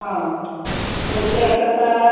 हां तर त्याकरता